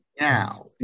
Now